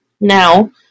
now